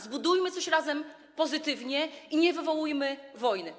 Zbudujmy coś razem, pozytywnie i nie wywołujmy wojny.